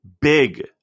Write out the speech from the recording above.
big